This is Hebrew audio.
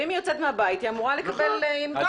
ואם היא אמורה לצאת מהבית היא אמורה לקבל קנס גדול.